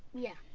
yeah.